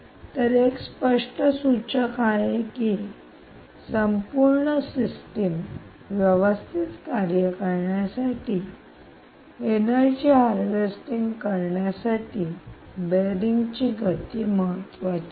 तर एक स्पष्ट सूचक आहे की संपूर्ण प्रणाली व्यवस्थित कार्य करण्यासाठी एनर्जी हार्वेस्टिंग करण्यासाठी बेअरिंग ची गती महत्वाची आहे